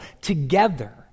together